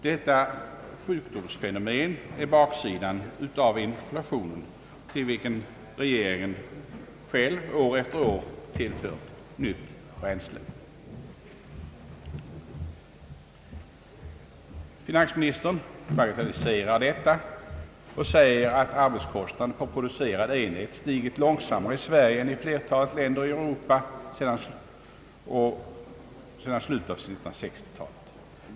Detta sjukdomsfenomen utgör baksidan av inflationen, till vilken regeringen själv år efter år tillfört ny näring. Finansministern bagatelliserar detta och säger att arbetskostnaden per producerad enhet stigit långsammare i Sverige än i flertalet länder i Europa sedan slutet av 1950-talet.